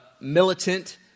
militant